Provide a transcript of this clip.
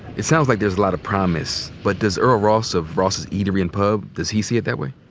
it sounds like there's a lotta promise, but does earl ross of ross' eatery and pub, does he see it that way?